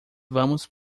vamos